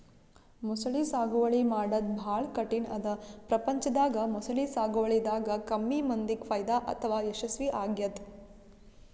ಮೊಸಳಿ ಸಾಗುವಳಿ ಮಾಡದ್ದ್ ಭಾಳ್ ಕಠಿಣ್ ಅದಾ ಪ್ರಪಂಚದಾಗ ಮೊಸಳಿ ಸಾಗುವಳಿದಾಗ ಕಮ್ಮಿ ಮಂದಿಗ್ ಫೈದಾ ಅಥವಾ ಯಶಸ್ವಿ ಆಗ್ಯದ್